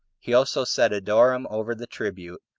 he also set adoram over the tribute,